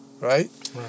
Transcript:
Right